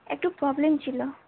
একটু প্রবলেম ছিলো